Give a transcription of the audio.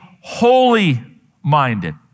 holy-minded